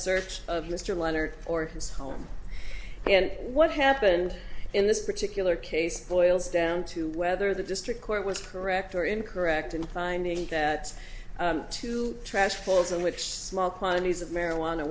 search of mr lennard or his home and what happened in this particular case boils down to whether the district court was correct or incorrect in time the that to trash falls in which small quantities of marijuana